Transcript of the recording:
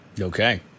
Okay